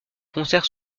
concerts